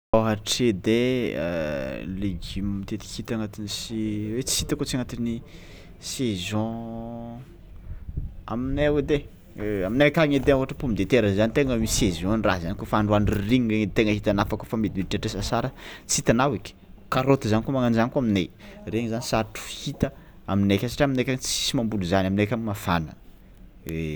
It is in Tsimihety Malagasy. Ohatry edy ai legioma matetiky hita agnatin'ny si- hoe tsy hita kôa tsy agnatin'ny saison aminay edy ai aminay akagny edy ai ôhatra pommes de terres zany tegna misy saison raha zany kaofa androandro ririnigny i tegna hitanà fa kaofa midimiditry tr- asasara tsy hitanao eky, karaoty zany koa magnan-jany koa aminay regny zany sarotro hita aminay akagny satria aminay akagny tsisy mamboly izany, aminay akagny mafana.